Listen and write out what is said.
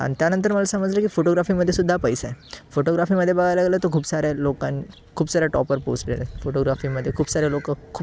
आणि त्यानंतर मला समजलं की फोटोग्राफीमध्येसुद्धा पैसा आहे फोटोग्राफीमध्ये बघायला गेलं तर खूप सारे लोकं खूप सारे टॉपवर पोचलेले आहेत फोटोग्राफीमध्ये खूप सारे लोकं खूप